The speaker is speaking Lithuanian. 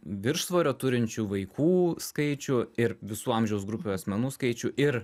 viršsvorio turinčių vaikų skaičių ir visų amžiaus grupių asmenų skaičių ir